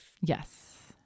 Yes